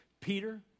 Peter